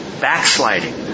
Backsliding